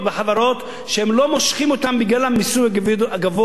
והם לא מושכים אותם בגלל המיסוי הגבוה על דיבידנדים.